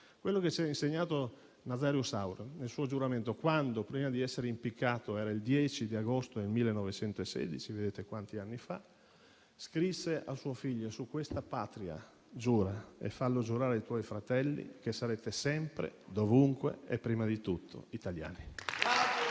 quello che ci ha insegnato Nazario Sauro nel suo giuramento, quando prima di essere impiccato, il 10 agosto 1916 (vedete quanti anni fa?), scrisse a suo figlio «Su questa Patria giura (…) e farai giurare ai tuoi fratelli (…), che sarete sempre, ovunque e prima di tutto, italiani.